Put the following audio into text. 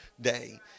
day